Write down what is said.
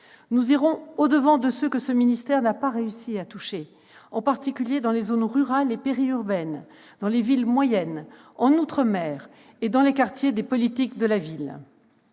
Nous irons au-devant de ceux que ce ministère n'a pas réussi à toucher, en particulier dans les zones rurales et périurbaines, dans les villes moyennes, en outre-mer et dans les quartiers prioritaires de la